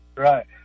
Right